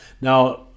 Now